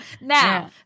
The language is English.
Now